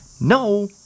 no